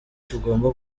tugomba